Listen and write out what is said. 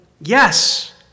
Yes